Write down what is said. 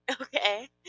Okay